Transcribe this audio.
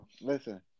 Listen